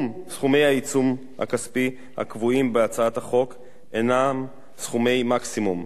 סכומי העיצום הכספי הקבועים בהצעת החוק הינם סכומי מקסימום.